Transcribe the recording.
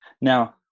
Now